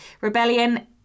Rebellion